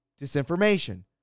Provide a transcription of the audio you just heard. disinformation